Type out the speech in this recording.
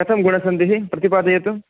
कथं गुणसन्धिः प्रतिपादयतु